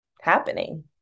happening